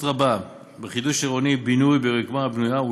רבה בחידוש עירוני ובינוי ברקמה הבנויה,